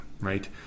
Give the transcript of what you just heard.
right